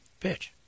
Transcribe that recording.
Bitch